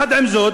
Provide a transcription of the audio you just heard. "יחד עם זאת,